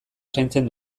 zaintzen